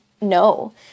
No